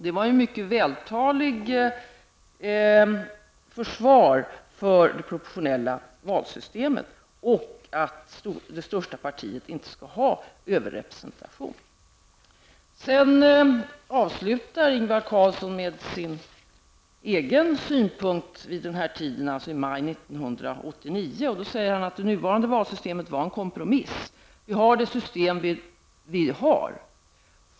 Det var ju ett mycket vältaligt försvar för det proportionella valsystemet och att det största partiet inte skall ha överrepresentation. Ingvar Carlsson avslutade med sin egen synpunkt vid den här tiden, alltså i maj 1989. Han sade att det nuvarande valsystemet var en kompromiss. Vi har det system som vi har.